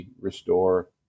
restore